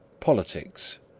politics,